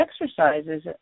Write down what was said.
exercises